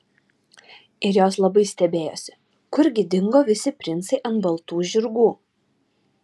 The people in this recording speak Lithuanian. ir jos labai stebėjosi kurgi dingo visi princai ant baltų žirgų